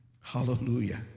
hallelujah